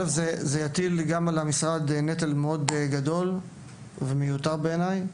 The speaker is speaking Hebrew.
יטיל על המשרד נטל מאוד גדול ומיותר, בעיניי,